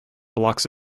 blocks